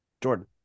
Jordan